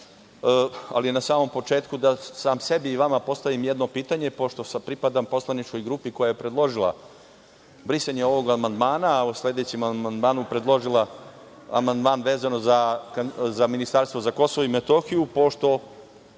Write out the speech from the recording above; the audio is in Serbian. ali, na samom početku, da sam sebi i vama postavim jedno pitanje, pošto pripadam poslaničkoj grupi koja je predložila brisanje ovog amandmana, a u sledećem amandmanu predložila amandman vezano za ministarstvo za Kosovo i Metohiju, pošto